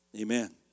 Amen